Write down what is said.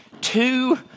two